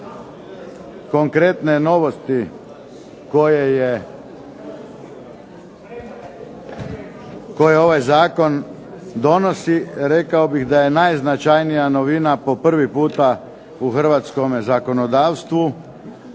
konkretne novosti koje ovaj zakon donosi rekao bih da je najznačajnija novina po prvi puta u hrvatskome zakonodavstvu